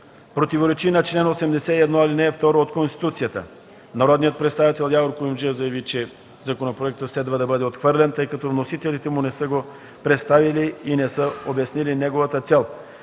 противоречи на чл. 81, ал. 2 от Конституцията. Народният представител Явор Куюмджиев заяви, че законопроектът следва да бъде отхвърлен, тъй като вносителите му не са го представили и не са обяснили неговата цел.